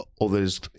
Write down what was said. others